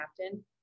captain